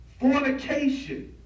fornication